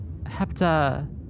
hepta